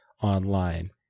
online